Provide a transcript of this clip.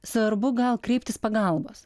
svarbu gal kreiptis pagalbos